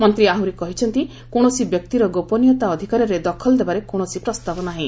ମନ୍ତ୍ରୀ ଆହୁରି କହିଛନ୍ତି କୌଣସି ବ୍ୟକ୍ତିର ଗୋପନୀୟତା ଅଧିକାରରେ ଦଖଲ ଦେବାରେ କୌଣସି ପ୍ରସ୍ତାବ ନାହିଁ